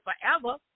forever